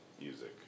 music